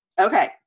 Okay